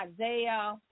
Isaiah